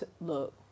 look